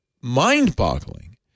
mind-boggling